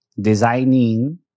designing